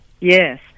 Yes